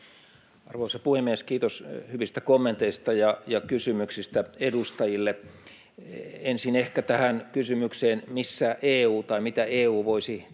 Arvoisa puhemies! Kiitos hyvistä kommenteista ja kysymyksistä edustajille. Ensin ehkä tähän kysymykseen, mitä EU voisi tehdä